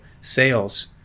sales